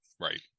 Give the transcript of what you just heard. Right